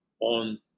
on